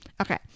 Okay